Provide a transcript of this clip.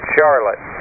Charlotte